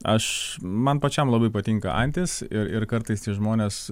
aš man pačiam labai patinka antys ir ir kartais žmonės